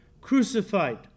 crucified